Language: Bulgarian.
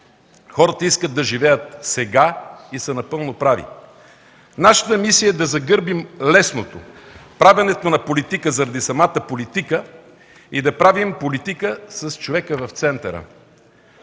Хората искат да живеят сега и са напълно прави. Нашата мисия е да загърбим лесното, правенето на политика заради самата политика, и да правим политика с човека в центъра.